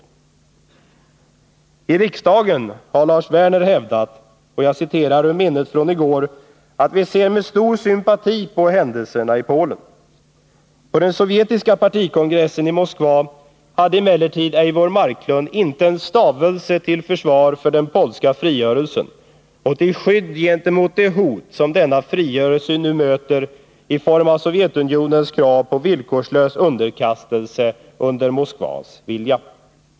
I riksdagen har Lars Werner hävdat — och jag citerar ur minnet: Vi ser med stor sympati på händelserna i Polen. På den sovjetiska partikongressen i Moskva hade emellertid Eivor Marklund inte en stavelse till försvar för den polska frigörelsen och till skydd gentemot det hot som denna frigörelse nu möter i form av Sovjetunionens krav på villkorslös underkastelse under Moskvas vilja.